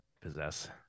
possess